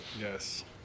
Yes